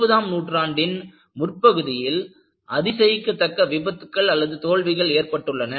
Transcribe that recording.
இருபதாம் நூற்றாண்டின் முற்பகுதியில் அதிசயிக்கத்தக்க விபத்துக்கள்தோல்விகள் ஏற்பட்டுள்ளன